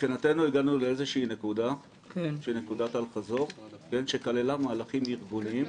מבחינתנו הגענו לאיזושהי נקודת אל חזור שכללה מהלכים ארגוניים,